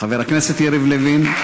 חבר הכנסת יריב לוין.